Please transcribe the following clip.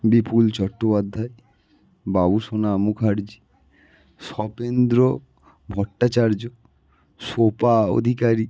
বিপুল চট্টোপাধ্যায় বাবুসনা মুখার্জী স্বপেন্দ্র ভট্টাচার্য সোপা অধিকারী